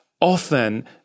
often